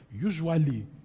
Usually